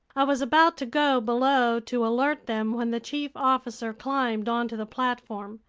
i was about to go below to alert them, when the chief officer climbed onto the platform.